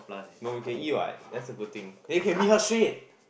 no we can eat what that's the good thing then we can meet her straight